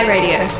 Radio